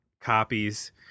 copies